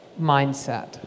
mindset